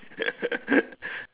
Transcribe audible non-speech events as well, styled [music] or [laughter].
[laughs]